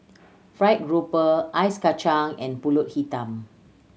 fried grouper ice kacang and Pulut Hitam